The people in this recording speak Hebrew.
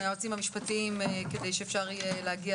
היועצים המשפטיים כדי שאפשר יהיה להגיע